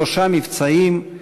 שלושה מבצעים,